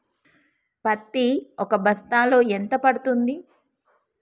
పత్తి ఒక బస్తాలో ఎంత పడ్తుంది?